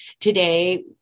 today